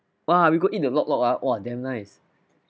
!wah! we go eat the lok lok ah !wah! damn nice